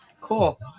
Cool